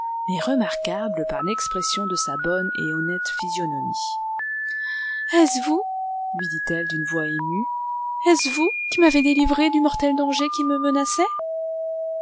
mais remarquable par l'expression de sa bonne et honnête physionomie est-ce vous lui dit-elle d'une voix émue estce vous qui m'avez délivrée du mortel danger qui me menaçait